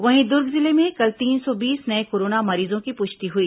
वहीं दुर्ग जिले में कल तीन सौ बीस नये कोरोना मरीजों की पुष्टि हुई